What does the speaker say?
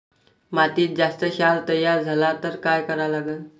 मातीत जास्त क्षार तयार झाला तर काय करा लागन?